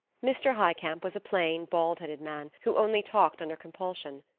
mr. highcamp was a plain, bald-headed man, who only talked under compulsion.